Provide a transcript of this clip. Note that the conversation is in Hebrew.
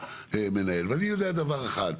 ואני יודע דבר אחד,